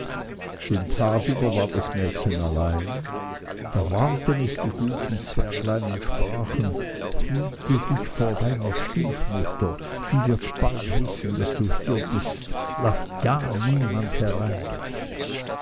den tag über war das mädchen allein da warnten es die guten zwerglein und sprachen hüte dich vor deiner stiefmutter die wird bald wissen daß du hier bist laß ja niemand herein